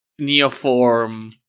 Neoform